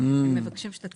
הם מבקשים שתציג.